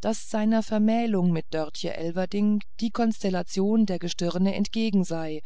daß seiner vermählung mit dörtje elverdink die konstellation der gestirne entgegen sei